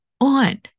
on